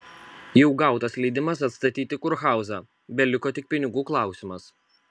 jau gautas leidimas atstatyti kurhauzą beliko tik pinigų klausimas